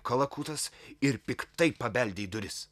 kalakutas ir piktai pabeldė į duris